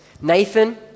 Nathan